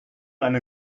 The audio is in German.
eine